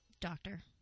Doctor